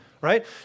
right